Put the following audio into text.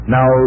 Now